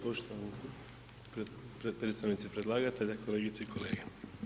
Poštovani predstavnici predlagatelja, kolegice i kolege.